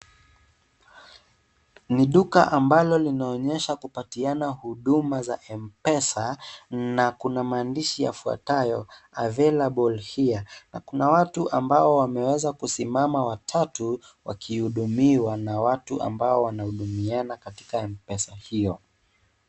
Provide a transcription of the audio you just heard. Ni duka ambalo linaonyesha kupatiana huduma za Mpesa, na kuna maandishi yafuatayo, available here na kuna watu ambao wameweza kusimama watatu, wakihudumiwa na watu ambao wanahudumiana katika Mpesa hiyo.